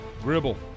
Gribble